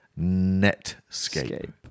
netscape